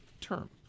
term